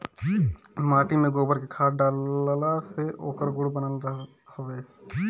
माटी में गोबर के खाद डालला से ओकर गुण बनल रहत हवे